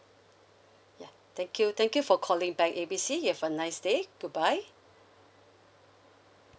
ya thank you thank you for calling bank A B C you have a nice day goodbye